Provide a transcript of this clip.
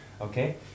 Okay